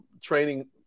training